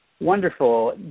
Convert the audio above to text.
Wonderful